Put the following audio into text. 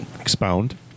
Expound